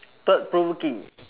thought provoking